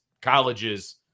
colleges